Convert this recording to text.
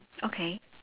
okay